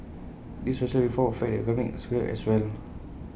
these social reforms affect the economic sphere as well